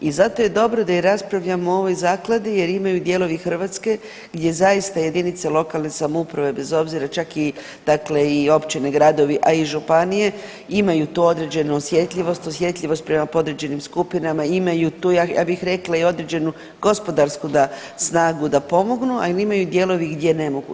I zato je dobro da i raspravljamo o ovoj zakladi jer imaju dijelovi Hrvatske gdje zaista jedinice lokalne samouprave bez obzira čak i, dakle i općine i gradovi, a i županije imaju tu određenu osjetljivost, osjetljivost prema podređenim skupinama, imaju tu ja bih rekla i određenu gospodarsku snagu da pomognu, ali imaju i dijelovi gdje ne mogu.